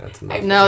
No